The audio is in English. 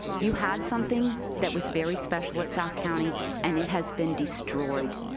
you had something that was very special at south county and it has been destroyed.